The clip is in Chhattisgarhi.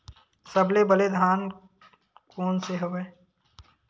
सबले बने धान कोन से हवय?